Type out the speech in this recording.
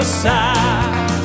side